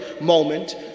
moment